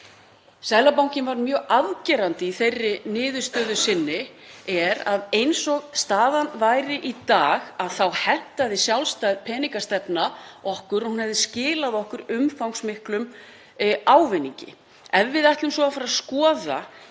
Seðlabankinn var mjög afgerandi í þeirri niðurstöðu sinni að eins og staðan væri í dag hentaði sjálfstæð peningastefna okkur og hún hefði skilað okkur umfangsmiklum ávinningi. Ef við ætlum svo að fara að skoða